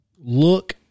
look